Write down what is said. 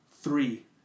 three